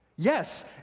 Yes